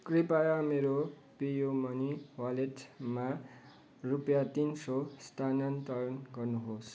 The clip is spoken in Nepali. कृपया मेरो पेयू मनी वालेटमा रुपियाँ तिन सौ स्थानान्तरण गर्नुहोस्